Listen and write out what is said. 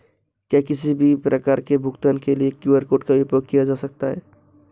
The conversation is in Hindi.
क्या किसी भी प्रकार के भुगतान के लिए क्रेडिट कार्ड का उपयोग किया जा सकता है?